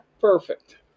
perfect